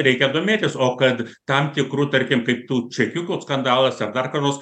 reikia domėtis o kad tam tikrų tarkim kaip tų čekiukų skandalas ar dar ką nors